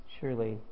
Surely